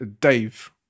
Dave